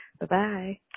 Bye-bye